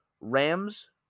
Rams